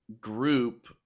group